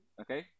Okay